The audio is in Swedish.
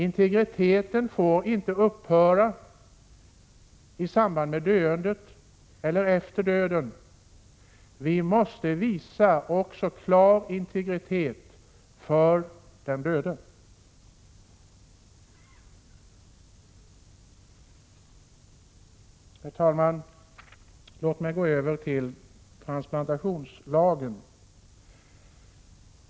Integriteten får inte upphöra i samband med döendet eller efter döden. Vi måste visa också den dödes integritet klar respekt. Herr talman! Låt mig gå över till transplantationslagen.